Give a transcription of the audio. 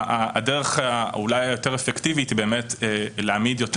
הדרך אולי האפקטיבית יותר היא להעמיד יותר